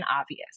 obvious